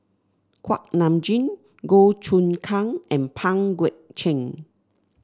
Kuak Nam Jin Goh Choon Kang and Pang Guek Cheng